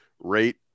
rate